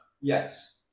yes